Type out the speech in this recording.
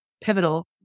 pivotal